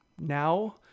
now